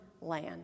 land